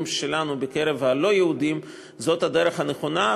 שלנו בקרב הלא-יהודים הוא הדרך הנכונה,